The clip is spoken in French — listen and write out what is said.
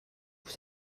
vous